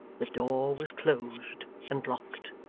the door was closed and locked.